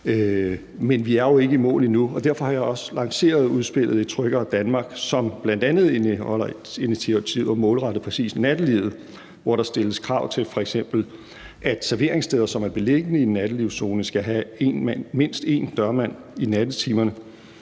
Men vi er jo ikke i mål endnu, og derfor har jeg også lanceret udspillet »Et tryggere Danmark«, som bl.a. indeholder initiativer målrettet præcis nattelivet – det drejer sig bl.a. om, at der skal stilles krav om, at serveringssteder, som er beliggende i en nattelivszone, skal have mindst én dørmand i nattetimerne,